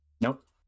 Nope